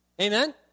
amen